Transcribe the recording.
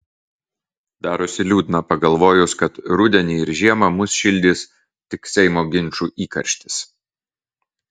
darosi liūdna pagalvojus kad rudenį ir žiemą mus šildys tik seimo ginčų įkarštis